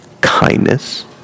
kindness